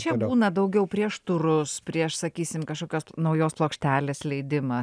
čia būna daugiau prieš turus prieš sakysim kažkokios naujos plokštelės leidimą